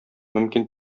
мөмкин